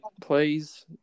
please